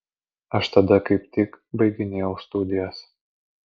aš tada kaip tik baiginėjau studijas